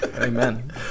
Amen